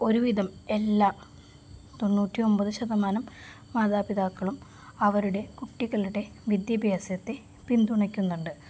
ഒരുവിധം എല്ലാ തൊണ്ണൂറ്റിയൊമ്പത് ശതമാനം മാതാപിതാക്കളും അവരുടെ കുട്ടികളുടെ വിദ്യാഭ്യാസത്തെ പിന്തുണയ്ക്കുന്നുണ്ട്